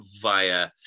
via